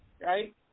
right